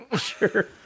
Sure